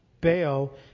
bail